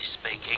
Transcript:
speaking